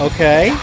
Okay